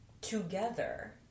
together